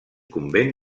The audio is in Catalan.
convent